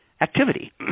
activity